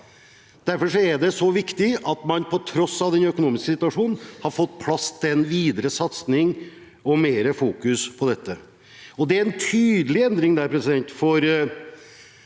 Derfor er det så viktig at man på tross av den økonomiske situasjonen, har fått plass til en videre satsing og mer fokus på dette. Det er en tydelig endring her, og vi